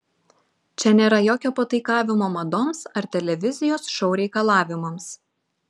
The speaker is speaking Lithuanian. čia nėra jokio pataikavimo madoms ar televizijos šou reikalavimams